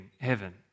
heaven